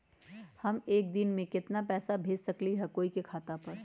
हम एक दिन में केतना पैसा भेज सकली ह कोई के खाता पर?